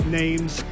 names